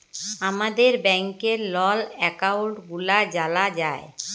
আমাদের ব্যাংকের লল একাউল্ট গুলা জালা যায়